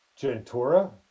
Gentura